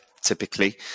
typically